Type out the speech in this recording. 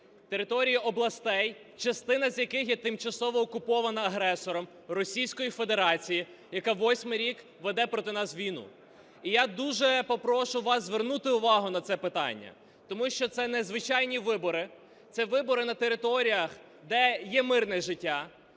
території областей частина, з яких є тимчасово окупована агресором Російською Федерацією, яка восьмий рік веде проти нас війну. І я дуже попрошу вас звернути увагу на це питання, тому що це не звичайні вибори, це вибори на територіях, де є мирне життя.